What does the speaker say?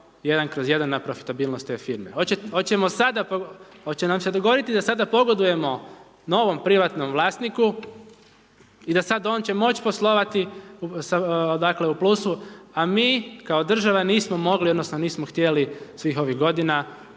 jedan kroz jedan na profitabilnost te firme. Hoćemo sada, hoće nam se dogoditi da sada pogodujemo novom privatnom vlasniku i da sad on će moći poslovati, dakle, u plusu, a mi kao država nismo mogli, odnosno nismo htjeli svih ovih godina